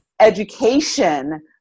Education